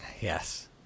Yes